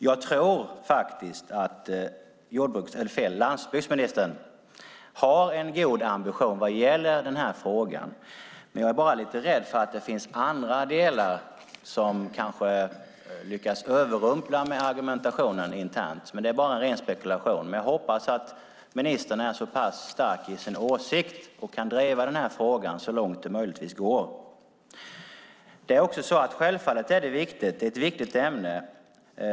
Jag tror att landsbygdsministern har en god ambition när det gäller den här frågan. Men jag är lite rädd för att andra delar kanske lyckas överrumpla med argumentationen internt. Det är dock bara ren spekulation. Jag hoppas att ministern är så pass stark i sin åsikt att han kan driva frågan så långt som möjligt. Givetvis är detta ett viktigt ämne.